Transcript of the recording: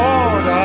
Lord